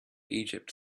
egypt